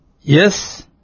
yes